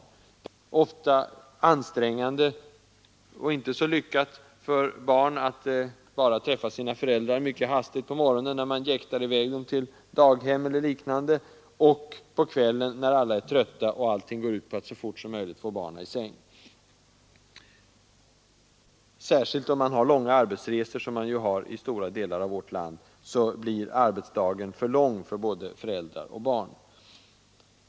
Det är ofta ansträngande för barnen att bara träffa sina föräldrar mycket hastigt på morgonen, när man jäktar i väg till daghem eller liknande, och på kvällen, när alla är trötta och allt går ut på att så fort som möjligt få barnen i säng. Särskilt om man har långa arbetsresor, som man har i stora delar av vårt land, blir arbetsdagen för lång för både föräldrar och barn.